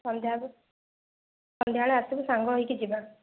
ସନ୍ଧ୍ୟାରେ ସନ୍ଧ୍ୟାବେଳେ ଆସିବୁ ସାଙ୍ଗ ହୋଇକି ଯିବା